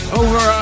over